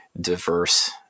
diverse